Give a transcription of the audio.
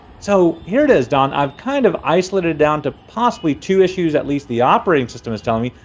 so here it is, don, i've kind of isolated it down to possibly two issues, at least the operating system is telling me.